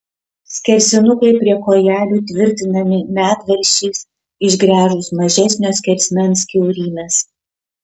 skersinukai prie kojelių tvirtinami medvaržčiais išgręžus mažesnio skersmens kiaurymes